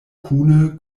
kune